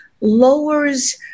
lowers